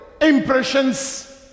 impressions